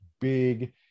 big